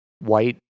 white